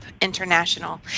international